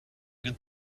good